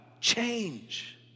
change